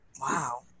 Wow